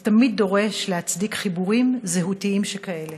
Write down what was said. זה תמיד דורש להצדיק חיבורים זהותיים שכאלה.